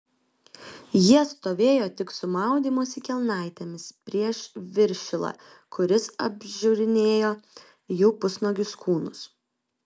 jie stovėjo tik su maudymosi kelnaitėmis prieš viršilą kuris apžiūrinėjo jų pusnuogius kūnus